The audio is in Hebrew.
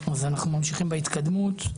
אנחנו ממשיכים בהתקדמות.